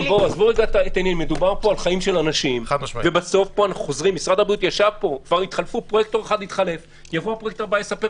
הקניון הגדול בפתח תקווה נפתח באופן אוטומטי לפי